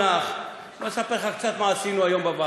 נכון, הייתי.